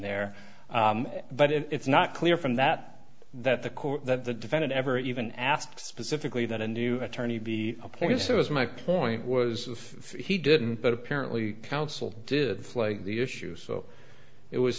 there but it's not clear from that that the court that the defendant ever even asked specifically that a new attorney be appointed so as my point was if he didn't but apparently counsel did flood the issue so it was